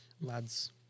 Lads